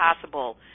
possible